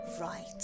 right